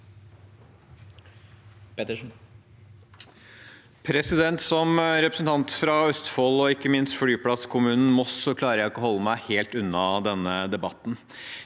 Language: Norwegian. Som representant fra Østfold, og ikke minst flyplasskommunen Moss, klarer jeg ikke å holde meg helt unna denne debatten.